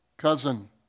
Cousin